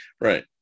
Right